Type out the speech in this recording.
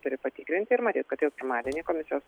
turi patikrinti ir matyt kad jau pirmadienį komisijos